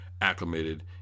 acclimated